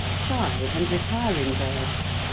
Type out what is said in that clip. shy and retiring birds.